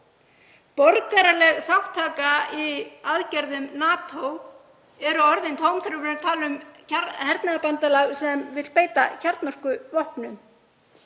Borgaraleg þátttaka í aðgerðum NATO eru orðin tóm þegar við erum að tala um hernaðarbandalag sem vill beita kjarnorkuvopnum.